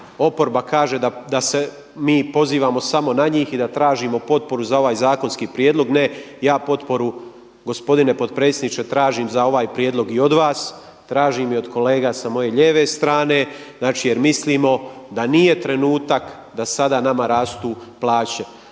Oporba kaže da se mi pozivamo samo na njih i da tražimo potporu za ovaj zakonski prijedlog. Ne, ja potporu, gospodine potpredsjedniče, tražim za ovaj prijedlog i od vas, tražim i od kolega sa moje lijeve strane jer mislimo da nije trenutak da sada nama rastu plaće.